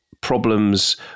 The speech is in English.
problems